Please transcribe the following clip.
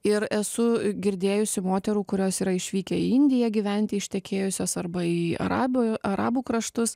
ir esu girdėjusi moterų kurios yra išvykę į indiją gyventi ištekėjusios arba į arabų arabų kraštus